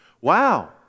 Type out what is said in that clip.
Wow